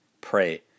Pray